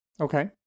okay